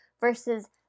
versus